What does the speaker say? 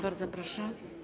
Bardzo proszę.